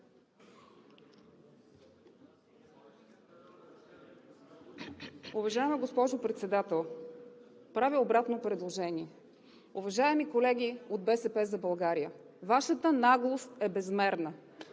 Уважаема госпожо Председател! Правя обратно предложение. Уважаеми колеги от „БСП за България“, Вашата наглост е безмерна!